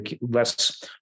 less